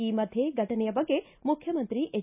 ಈ ಮಧ್ಯೇ ಘಟನೆಯ ಬಗ್ಗೆ ಮುಖ್ಯಮಂತ್ರಿ ಎಚ್